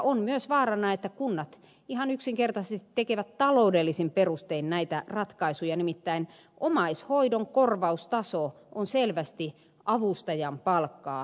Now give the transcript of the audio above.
on myös vaarana että kunnat ihan yksinkertaisesti tekevät taloudellisin perustein näitä ratkaisuja nimittäin omaishoidon korvaustaso on selvästi avustajan palkkaa pienempi